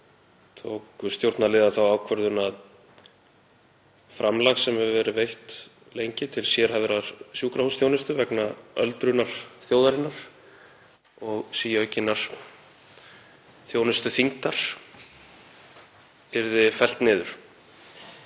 tóku stjórnarliðar þá ákvörðun að framlag sem hefur verið veitt lengi til sérhæfðrar sjúkrahúsþjónustu vegna öldrunar þjóðarinnar og síaukinnar þjónustuþyngdar yrði fellt niður.